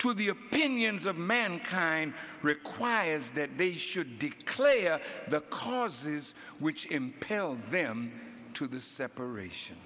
to the opinions of mankind requires that they should clear the causes which impel them to the separation